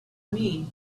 mean